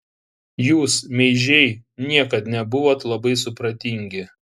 jūs meižiai niekad nebuvot labai supratingi